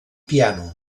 piano